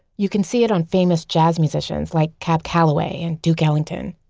you can see it on famous jazz musicians like cab calloway and duke ellington.